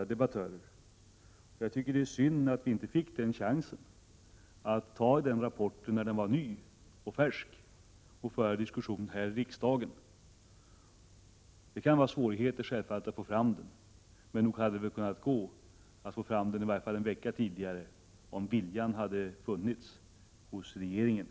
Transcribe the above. Jag tycker att det är synd att vi inte har någon chans att behandla den rapporten och diskutera den här i riksdagen medan den ännu är färsk. Självfallet kan det vara svårt att få fram rapporten. Om viljan hade funnits hos regeringen, hade det väl ändå gått att få fram rapporten i varje fall en vecka tidigare.